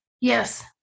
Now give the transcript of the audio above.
Yes